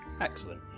Excellent